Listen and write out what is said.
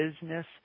business